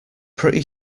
pretty